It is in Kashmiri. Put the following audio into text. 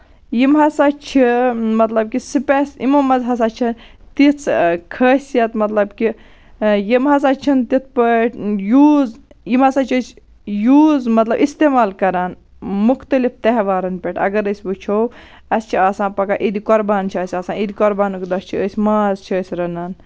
یِم ہسا چھِ مطلب کہِ سِپیسِہِ یِمو منٛز ہسا چھِ تِژھ خٲصیت مطلب کہِ یِم ہسا چھِنہٕ تِتھ پٲٹھۍ یوٗز یِم ہسا چھِ أسۍ یوٗز مطلب کہِ اِستعمال کران مُختٔلف تہوارَن پٮ۪ٹھ اَگر أسۍ وُچھو اَسہِ چھِ آسان پَگہہ عیٖدِ قۄربان چھِ اَسہِ آسان عیٖدِ قۄربانُک دۄہ چھِ أسۍ ماز چھِ أسۍ رَنان